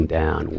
down